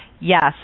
yes